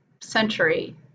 century